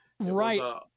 Right